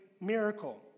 miracle